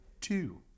two